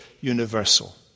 Universal